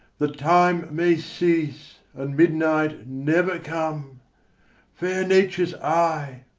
that time may cease, and midnight never come fair nature's eye,